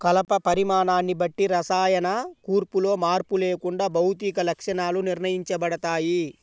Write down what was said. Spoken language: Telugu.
కలప పరిమాణాన్ని బట్టి రసాయన కూర్పులో మార్పు లేకుండా భౌతిక లక్షణాలు నిర్ణయించబడతాయి